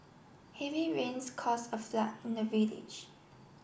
heavy rains cause a flood in the village